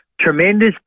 Tremendous